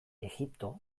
egipto